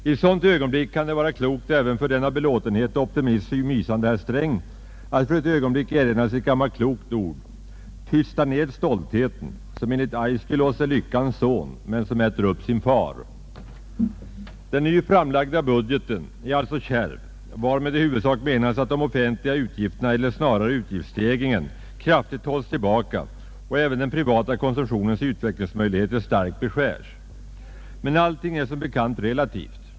I ett sådant ögonblick kan det vara klokt även för den av belåtenhet och optimism mysande herr Sträng att för ett ögonblick crinra sig ett gammalt klokt ord: Tysta ned stoltheten, som enligt Aiskylos är lyckans son men som äter upp sin far. Den nu framlagda budgeten är alltså kärv, varmed i huvudsak menas att de offentliga utgifterna eller snarare utgiftsstegringarna kraftigt hålls tillbaka och att även den privata konsumtionens utvecklingsmöjligheter starkt beskärs. Men allting är som bekant relativt.